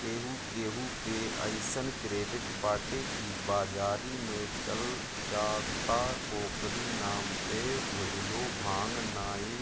केहू केहू के अइसन क्रेडिट बाटे की बाजारी में चल जा त ओकरी नाम पे भुजलो भांग नाइ